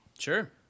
sure